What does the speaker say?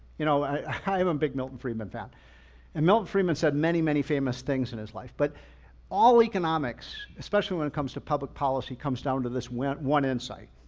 you know i am a big milton friedman fan and milton friedman said many, many famous things in his life. but all economics, especially when it comes to public policy, comes down to this one insight,